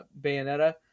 Bayonetta